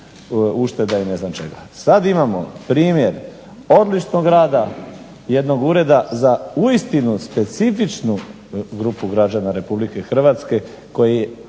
ušteda ili ne znam čega. Sada imamo primjer odličnog rada jedno ureda za uistinu specifičnu grupu građana RH koje